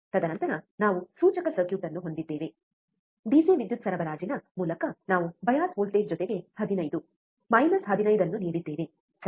ತದನಂತರ ನಾವು ಸೂಚಕ ಸರ್ಕ್ಯೂಟ್ ಅನ್ನು ಹೊಂದಿದ್ದೇವೆ ಡಿಸಿ ವಿದ್ಯುತ್ ಸರಬರಾಜಿನ ಮೂಲಕ ನಾವು ಬಯಾಸ್ ವೋಲ್ಟೇಜ್ ಜೊತೆಗೆ 15 ಮೈನಸ್ 15 ಅನ್ನು ನೀಡಿದ್ದೇವೆ ಸರಿ